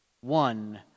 One